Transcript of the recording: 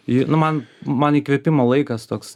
ji nu man man įkvėpimo laikas toks